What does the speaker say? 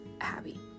happy